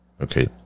Okay